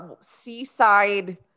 seaside